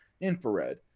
infrared